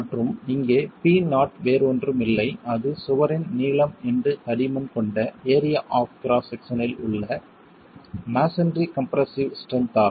மற்றும் இங்கே P0 வேறு ஒன்றும் இல்லை அது சுவரின் நீளம் இன்டு தடிமன் கொண்ட ஏரியா ஆப் கிராஸ் செக்சனில் உள்ள மஸோன்றி கம்ப்ரெஸ்ஸிவ் ஸ்ட்ரென்த் ஆகும்